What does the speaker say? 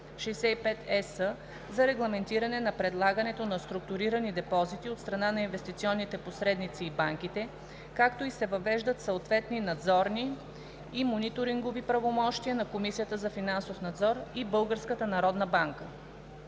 за регламентиране на предлагането на структурирани депозити от страна на инвестиционните посредници и банките, както и се въвеждат съответни надзорни и мониторингови правомощия на Комисията за финансов надзор и